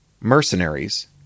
Mercenaries